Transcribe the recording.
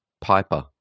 Piper